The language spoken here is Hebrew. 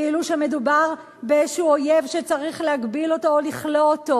כאילו מדובר באיזה אויב שצריך להגביל אותו או לכלוא אותו.